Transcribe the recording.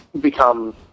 become